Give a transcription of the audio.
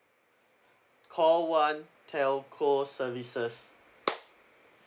call one telco services